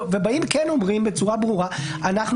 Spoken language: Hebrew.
ובאים וכן אומרים בצורה ברורה אנחנו